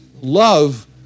love